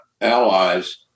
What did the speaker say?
allies